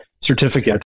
certificate